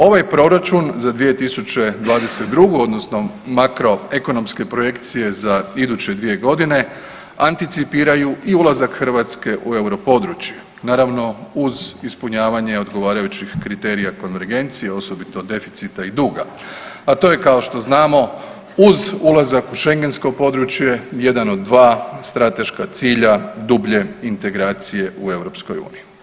Ovaj proračun za 2022. odnosno makroekonomske projekcije za iduće dvije godine, anticipiraju i ulazak Hrvatske u Euro područje, naravno uz ispunjavanje odgovarajućih kriterija konvergencije osobito deficita i duga, a to je kao što znamo uz ulazak u schengensko područje jedan od dva strateška cilja dublje integracije u EU.